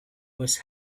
was